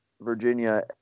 Virginia